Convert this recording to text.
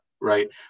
right